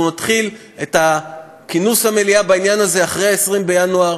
אנחנו נתחיל את כינוס המליאה בעניין הזה אחרי 20 בינואר,